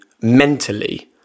mentally